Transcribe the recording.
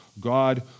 God